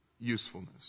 usefulness